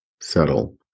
settle